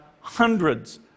hundreds